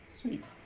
sweet